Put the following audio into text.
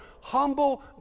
Humble